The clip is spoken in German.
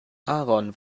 aaron